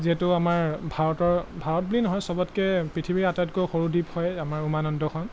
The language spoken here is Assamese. যিহেতু আমাৰ ভাৰতৰ ভাৰত বুলি নহয় চবতকৈ পৃথিৱীৰ আটাইতকৈ সৰু দ্বীপ হয় আমাৰ উমানন্দখন